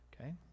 Okay